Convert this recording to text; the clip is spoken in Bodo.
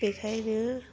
बेखायनो